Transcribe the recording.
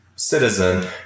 citizen